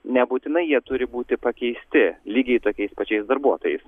nebūtinai jie turi būti pakeisti lygiai tokiais pačiais darbuotojais